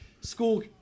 school